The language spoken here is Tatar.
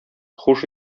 хуш